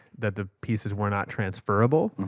that the pieces were not transferable,